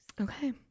Okay